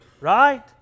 Right